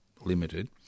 limited